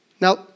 Now